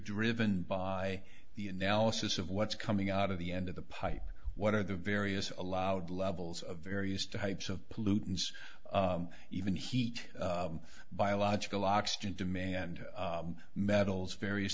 driven by the analysis of what's coming out of the end of the pipe what are the various allowed levels of various types of pollutants even heat biological oxygen demand metals various